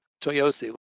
Toyosi